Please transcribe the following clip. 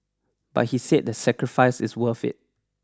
but he said the sacrifice is worth it